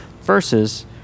Versus